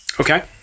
Okay